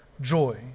joy